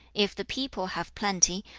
if the people have plenty,